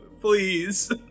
please